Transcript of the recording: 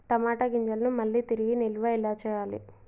టమాట గింజలను మళ్ళీ తిరిగి నిల్వ ఎలా చేయాలి?